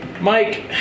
Mike